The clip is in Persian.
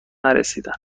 نرسیدن